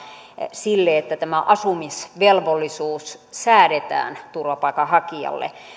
sille että tämä asumisvelvollisuus säädetään turvapaikanhakijalle